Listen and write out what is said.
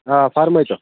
آ فرمٲیتو